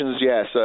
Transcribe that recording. yes